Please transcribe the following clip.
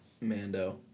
Mando